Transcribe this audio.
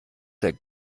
der